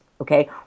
Okay